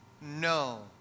No